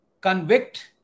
convict